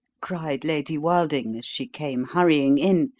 cried lady wilding as she came hurrying in,